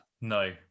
No